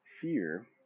fear